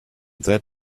that